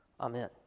Amen